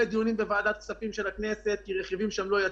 דיונים בוועדת הכספים של הכנסת כי רכיבים שם לא יצאו.